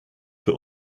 für